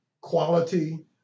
quality